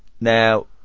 now